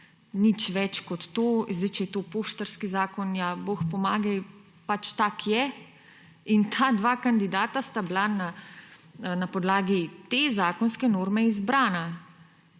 nič več kot to. Če je to poštarski zakon, bog pomagaj, tak pač je. Ta dva kandidata sta bila na podlagi te zakonske norme izbrana.